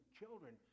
children